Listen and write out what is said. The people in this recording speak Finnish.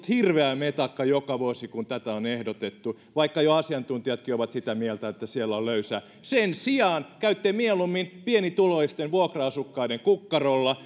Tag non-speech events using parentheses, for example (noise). (unintelligible) hirveä metakka joka vuosi kun tätä on ehdotettu vaikka jo asiantuntijatkin ovat sitä mieltä että siellä on löysää sen sijaan käytte mieluummin pienituloisten vuokra asukkaiden kukkarolla (unintelligible)